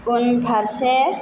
उनफारसे